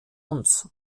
uns